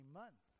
month